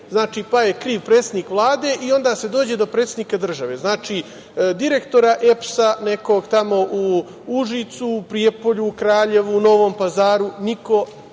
pa je kriv predsednik Vlade i onda se dođe do predsednika države. Znači, direktora EPS nekog tamo u Užicu, Prijepolju, Kraljevu, Novom Pazaru niko